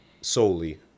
solely